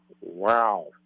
wow